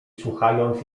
słuchając